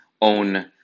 own